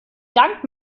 dank